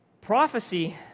Prophecy